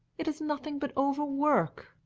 it's nothing but over-work.